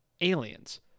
Aliens